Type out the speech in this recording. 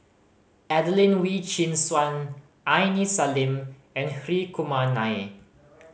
Adelene Wee Chin Suan Aini Salim and Hri Kumar Nair